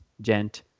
gent